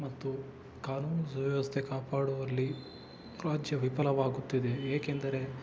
ಮತ್ತು ಕಾನೂನು ಸುವ್ಯವಸ್ಥೆ ಕಾಪಾಡುವಲ್ಲಿ ರಾಜ್ಯ ವಿಫಲವಾಗುತ್ತಿದೆ ಏಕೆಂದರೆ